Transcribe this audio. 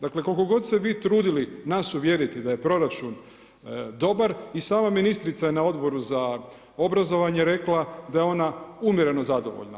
Dakle koliko god se vi trudili nas uvjeriti da je proračun dobar i sama ministrica je na Odboru za obrazovanje rekla da je ona umjereno zadovoljna.